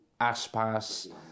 Aspas